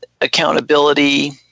accountability